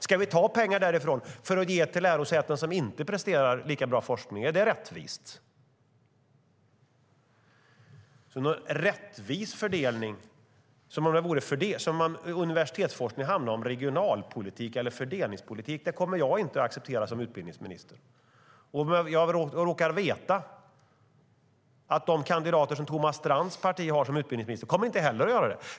Ska vi ta pengar därifrån för att ge till lärosätena som inte presterar lika bra forskning? Är det rättvist? Att ha en fördelning som om universitetsforskning handlade om regionalpolitik eller fördelningspolitik kommer jag som utbildningsminister inte att acceptera. Jag råkar veta att de kandidater som Thomas Strands parti har till posten som utbildningsminister inte heller kommer att göra det.